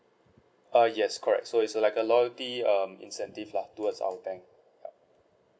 ah yes correct so it's like a loyalty um incentive lah towards our bank